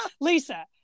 Lisa